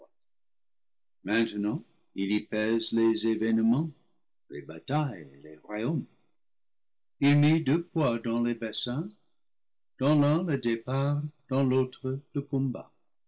maintenant il y pèse les événements les batailles et les royaumes il mit deux poids dans les bassins dans l'un le départ dans l'autre le combat